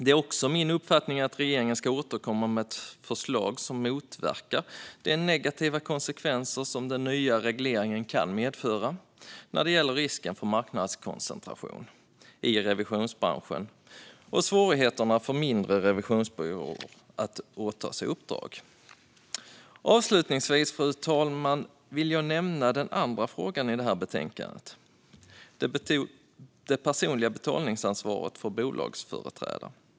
Det är också min uppfattning att regeringen ska återkomma med ett förslag som motverkar de negativa konsekvenser som den nya regleringen kan medföra när det gäller risken för marknadskoncentration i revisionsbranschen och svårigheterna för mindre revisionsbyråer att åta sig uppdrag. Avslutningsvis, fru talman, vill jag nämna den andra frågan i det här betänkandet: det personliga betalningsansvaret för bolagsföreträdare.